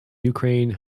ukraine